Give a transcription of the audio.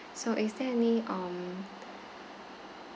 so is there any um